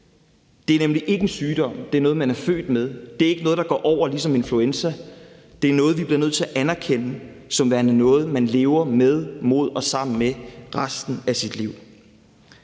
Det er nemlig ikke en sygdom, det er noget, man er født med. Det er ikke noget, der går over ligesom influenza, det er noget, vi bliver til at anerkende som værende noget, man lever med, mod og sammen med resten af sit liv.